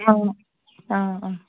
অঁ অঁ অঁ